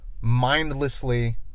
mindlessly